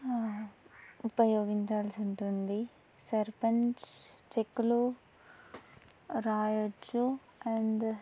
ఉపయోగించాల్సి ఉంటుంది సర్పంచ్ చెక్కులు రాయవచ్చు అండ్